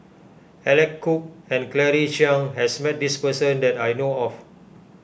Alec Kuok and Claire Chiang has met this person that I know of